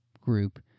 group